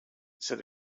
said